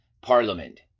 parliament